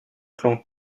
clan